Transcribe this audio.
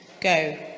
Go